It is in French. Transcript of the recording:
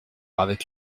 avec